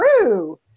true